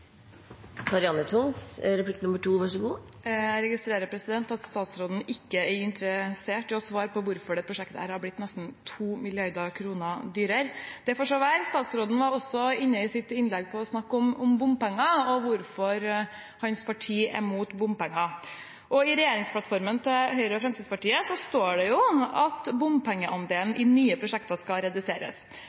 registrerer at statsråden ikke er interessert i å svare på hvorfor dette prosjektet har blitt nesten 2 mrd. kr dyrere. – Det får så være. Statsråden var i sitt innlegg også inne på bompenger og hvorfor hans parti er imot bompenger. I regjeringsplattformen til Høyre og Fremskrittspartiet står det at «bompengeandelen i nye prosjekter skal reduseres».